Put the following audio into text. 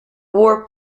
war